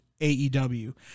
aew